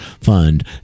fund